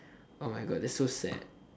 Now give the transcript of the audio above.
oh my god that's so sad